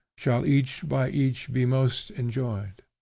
shall each by each be most enjoyed.